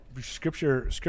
scripture